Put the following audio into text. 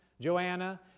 Joanna